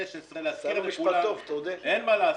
2016, להזכיר לכולם ------ אין מה לעשות.